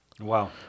Wow